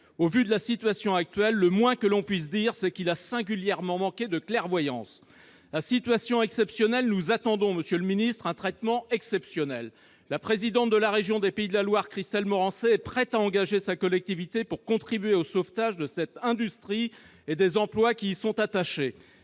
Vu la situation actuelle, le moins que l'on puisse dire est qu'il a singulièrement manqué de clairvoyance ... À situation exceptionnelle, nous attendons un traitement exceptionnel. La présidente de la région Pays de la Loire, Christelle Morançais, est prête à engager sa collectivité pour contribuer au sauvetage de cette industrie et des emplois qui y sont attachés.